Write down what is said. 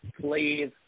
Please